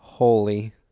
Holy